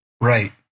Right